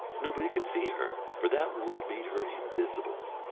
nobody could see her, for that word made her invisible.